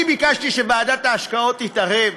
אני ביקשתי שוועדת ההשקעות תתערב?